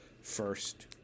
first